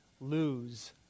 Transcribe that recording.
lose